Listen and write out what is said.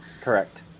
correct